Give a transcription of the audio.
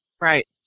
Right